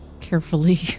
carefully